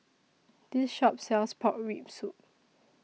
This Shop sells Pork Rib Soup